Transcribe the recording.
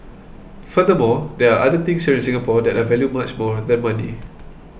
furthermore there are other things here in Singapore that I value much more than money